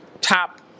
top